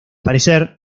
parecer